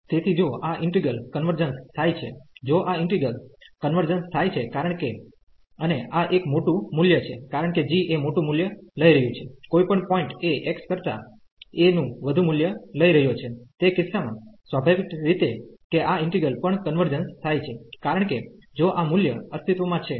તેથી જો આ ઈન્ટિગ્રલ કન્વર્જન્સ થાય છે જો આ ઈન્ટિગ્રલ કન્વર્જન્સ થાય છે કારણ કે અને આ એક મોટું મૂલ્ય છે કારણ કે g એ મોટું મુલ્ય લઈ રહ્યું છે કોઈ પણ પોઈન્ટ એ x કરતાં a નું વધુ મૂલ્ય લઈ રહ્યો છે તે કિસ્સામાં સ્વાભાવિક રીતે કે આ ઈન્ટિગ્રલ પણ કન્વર્જન્સ થાય છે કારણ કે જો આ મૂલ્ય અસ્તિત્વમાં છે